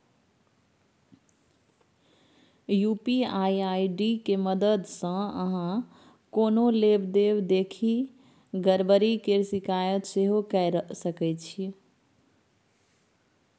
UPI ID के मददसँ अहाँ कोनो लेब देब देखि गरबरी केर शिकायत सेहो कए सकै छी